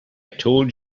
told